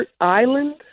island